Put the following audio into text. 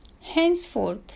Henceforth